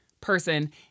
person